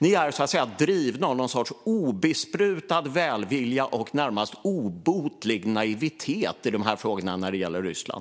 Ni är så att säga drivna av någon sorts obesprutad välvilja och närmast obotlig naivitet i de här frågorna när det gäller Ryssland.